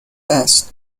است